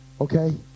Okay